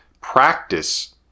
practice